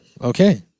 okay